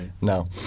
No